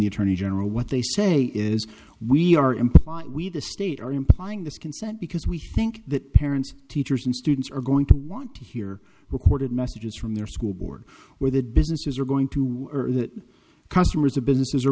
the attorney general what they say is we are implying we the state are implying this consent because we think that parents teachers and students are going to want to hear recorded messages from their school board where the businesses are going to that customers of businesses are